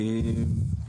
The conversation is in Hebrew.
אדייק.